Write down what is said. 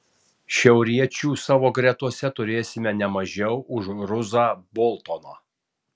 šiauriečių savo gretose turėsime ne mažiau už ruzą boltoną